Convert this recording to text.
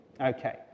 Okay